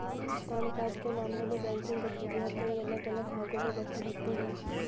काम काज के मामले में बैंकिंग गतिविधियां कई अलग अलग भागों में बंटी होती हैं